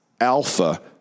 alpha